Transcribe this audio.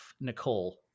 Nicole